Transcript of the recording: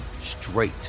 straight